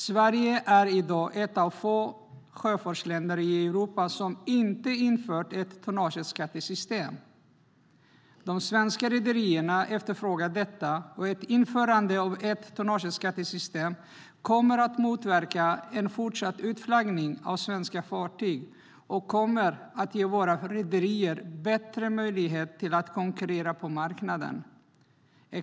Sverige är i dag ett av få sjöfartsländer i Europa som inte infört ett tonnageskattesystem. De svenska rederierna efterfrågar detta. Ett införande av ett tonnageskattesystem kommer att motverka en fortsatt utflaggning av svenska fartyg och kommer att ge våra rederier bättre möjlighet att konkurrera på marknaden.